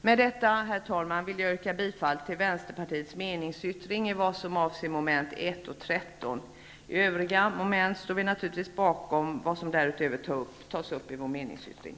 Med detta, herr talman, vill jag yrka bifall till och 13. I övriga moment står vi naturligtvis bakom det som därutöver tas upp i vår meningsyttring.